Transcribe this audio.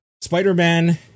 Spider-Man